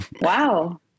Wow